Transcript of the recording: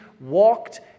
walked